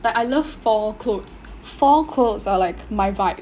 like I love fall clothes fall clothes are like my vibe